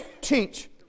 teach